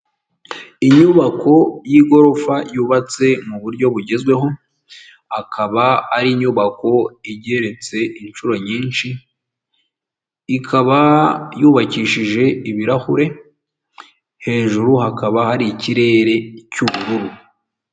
Inyubako y'igorofa yubatse mu buryo bugezweho, akaba ari inyubako igeretse inshuro nyinshi, ikaba yubakishije ibirahure, hejuru hakaba hari ikirere cy'ubururu.